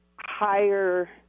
higher